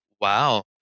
Wow